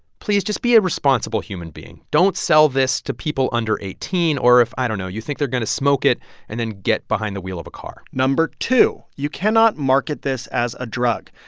please, just be a responsible human being. don't sell this to people under eighteen, or if, i don't know, you think they're going to smoke it and then get behind the wheel of a car no. two. you cannot market this as a drug.